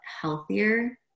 healthier